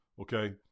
Okay